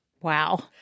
Wow